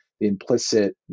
implicit